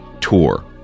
tour